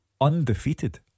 Undefeated